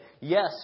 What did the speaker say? yes